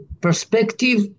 perspective